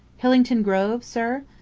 hillington grove, sir?